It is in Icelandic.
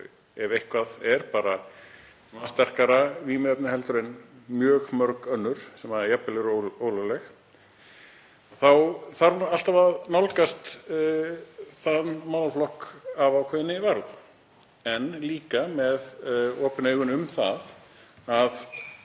ef eitthvað er bara sterkara vímuefni en mjög mörg önnur sem eru jafnvel ólögleg. Þá þarf alltaf að nálgast þann málaflokk af ákveðinni varúð en líka með opin augun gagnvart